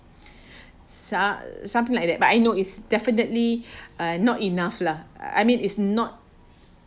some~ something like that but I know it's definitely not enough lah I mean is not